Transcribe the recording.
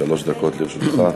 שלוש דקות לרשותך.